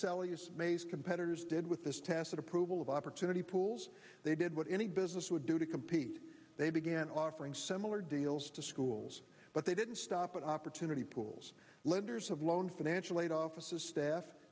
sally's maze competitors did with this tacit approval of opportunity pools they did what any business would do to compete they began offering similar deals to schools but they didn't stop at opportunity pools lenders have loan financial aid offices staff